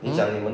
mm